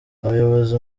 abayobozi